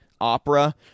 Opera